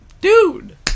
Dude